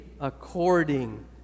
according